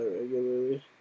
regularly